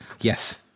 Yes